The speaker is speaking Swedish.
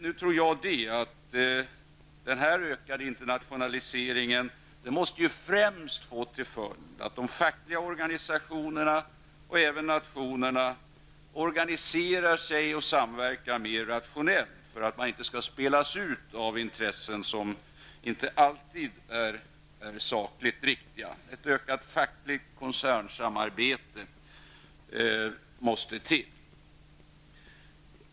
Nu tror jag att den ökade internationaliseringen främst måste få till följd att de fackliga organisationerna och nationerna organiserar sig och samverkar mer rationellt för att de inte skall spelas ut av intressen som inte alltid är sakligt riktiga. Ett ökat fackligt koncernsamarbete måste till.